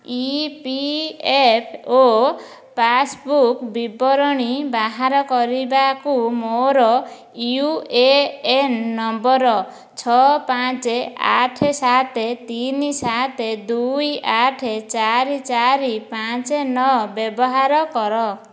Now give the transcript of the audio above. EPFO passbook ବିବରଣୀ ବାହାର କରିବାକୁ ମୋର ୟୁଏଏନ୍ ନମ୍ବର ଛଅ ପାଞ୍ଚେ ଆଠେ ସାତେ ତିନି ସାତେ ଦୁଇ ଆଠେ ଚାରି ଚାରି ପାଞ୍ଚେ ନଅ ବ୍ୟବହାର କର